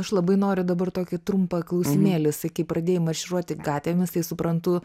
aš labai noriu dabar tokį trumpą klausimėlį sakei pradėjai marširuoti gatvėmis tai suprantu